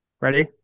Ready